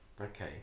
Okay